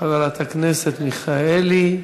חברת הכנסת מיכאלי.